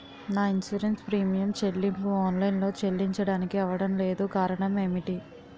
నా insurance premium చెల్లింపు online లో చెల్లించడానికి అవ్వడం లేదు కారణం ఏమిటి?